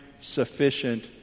sufficient